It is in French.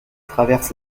traverse